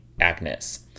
Agnes